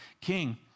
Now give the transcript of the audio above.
king